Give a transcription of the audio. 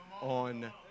on